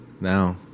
Now